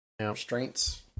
Restraints